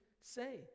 say